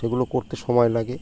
সেগুলো করতে সময় লাগে